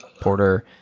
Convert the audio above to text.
Porter